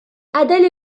adèle